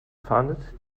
fahndet